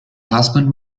husband